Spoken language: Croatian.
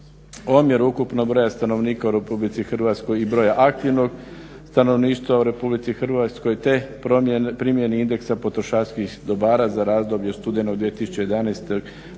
omjer ukupnog broja stanovnika u RH i broja aktivnog stanovništva u RH te primjeni indeksa potrošačkih dobara za razdoblje od studenog 2011. do